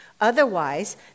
Otherwise